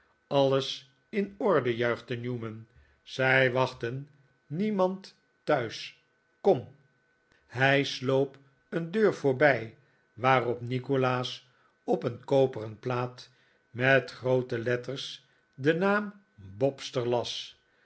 alles in orde juichte newman zij wachten niemand thuis kom hij sloop een deur voorbij waarop nikolaas op een koperen plaat met groote letters den naam